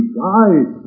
die